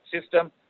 system